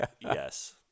Yes